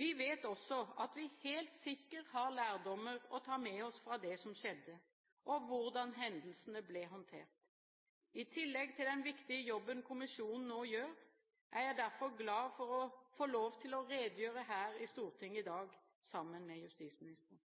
Vi vet også at vi helt sikkert har lærdommer å ta med oss fra det som skjedde, og hvordan hendelsene ble håndtert. I tillegg til den viktige jobben kommisjonen nå gjør, er jeg derfor glad for å få lov til å redegjøre her i Stortinget i dag sammen med justisministeren.